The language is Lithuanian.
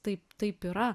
taip taip yra